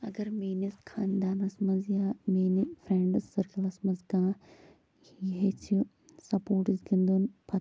اگر میٲنِس خاندانَس منٛز یا میٲنہِ فریٚنڈٕس سٔرکٕلَس منٛز کانٛہہ یژھہِ سَپورٹٕس گِنٛدُن پَتہٕ